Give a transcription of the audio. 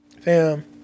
Fam